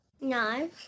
No